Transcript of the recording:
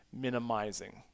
minimizing